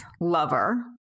lover